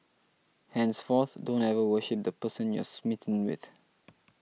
henceforth don't ever worship the person you're smitten with